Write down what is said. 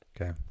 okay